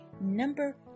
number